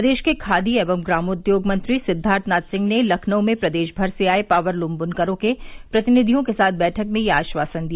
प्रदेश के खादी एवं ग्रामोद्योग मंत्री सिद्वार्थनाथ सिंह ने लखनऊ में प्रदेश भर से आये पावरलूम बुनकरों के प्रतिनिधियों के साथ बैठक में यह आश्वासन दिया